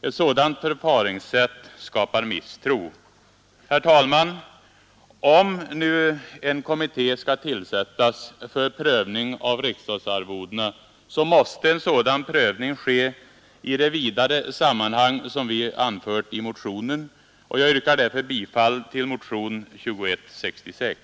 Ett sådant förfaringssätt skapar misstro. Om nu en kommitté skall tillsättas för prövning av riksdagsarvodena, så måste en sådan prövning ske i det vidare sammanhang som vi har anfört i 31 motionen. Herr talman! Jag yrkar bifall till motionen 2166.